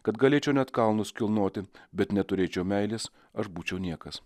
kad galėčiau net kalnus kilnoti bet neturėčiau meilės aš būčiau niekas